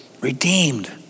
redeemed